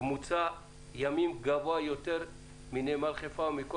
ותקנו אותי אם אני טועה.